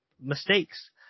mistakes